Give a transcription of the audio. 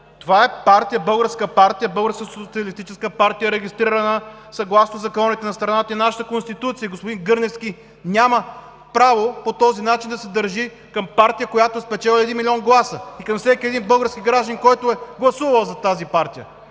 Това е партия, българска партия, Българска социалистическа партия, регистрирана съгласно законите на страната и нашата Конституция. Господин Гърневски няма право по този начин да се държи към партия, която е спечелила един милион гласа, и към всеки един български гражданин, който е гласувал за тази партия